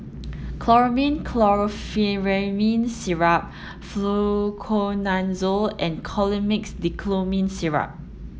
Chlormine Chlorpheniramine Syrup Fluconazole and Colimix Dicyclomine Syrup